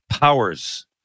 Powers